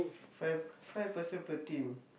five five person per team